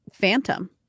phantom